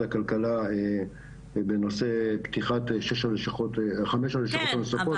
הכלכלה בנושא פתיחת חמש הלשכות הנוספות- -- כן,